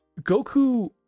Goku